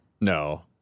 No